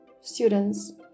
students